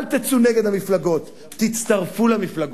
אל תצאו נגד המפלגות, תצטרפו למפלגות,